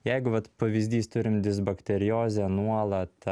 jeigu vat pavyzdys turim disbakteriozę nuolat